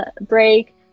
break